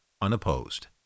unopposed